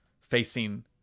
Facing